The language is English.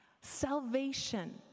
Salvation